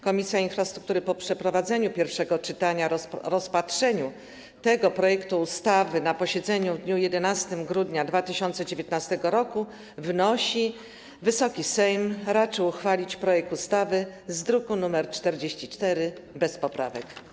Komisja Infrastruktury po przeprowadzeniu pierwszego czytania, rozpatrzeniu tego projektu ustawy na posiedzeniu w dniu 11 grudnia 2019 r. wnosi, by Wysoki Sejm raczył uchwalić projekt ustawy z druku nr 44 bez poprawek.